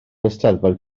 eisteddfod